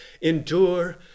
endure